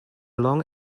long